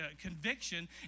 conviction